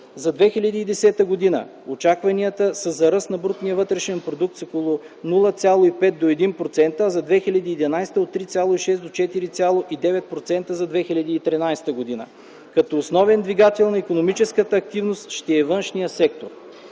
За 2010 г. очакванията са за ръст на брутния вътрешен продукт с около 0,5 до 1%, за 2011г. – от 3,6 до 4,9% за 2013 г., като основен двигател на икономическата активност ще е външният сектор.